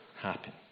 happen